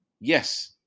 Yes